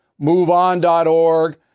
MoveOn.org